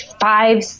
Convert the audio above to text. five